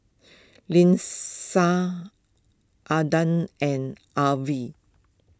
Lynsey Adah and Arvel